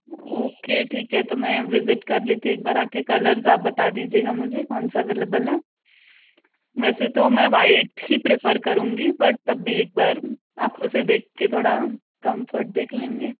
okay तो ठीक है तो मैं विज़िट कर लेती एक बार आ के कलर्स आप बता दीजिएगा मुझे कौन सा अवैलबल है वैसे तो मैं व्हाइट ही प्रेफर करूँगी पर तब भी एक बार आँखों से देख के थोड़ा कॉमफ़र्ट देख लेंगे